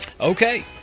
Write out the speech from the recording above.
Okay